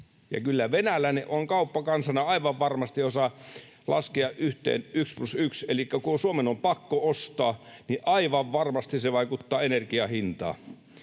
Ja kyllä venäläiset kauppakansana aivan varmasti osaavat laskea yhteen yksi plus yksi. Elikkä kun koko Suomen on pakko ostaa, niin aivan varmasti se vaikuttaa energian hintaan.